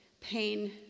Pain